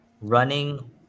running